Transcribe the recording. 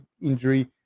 injury